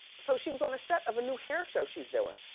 so she was on the set of a new hair show she's doing.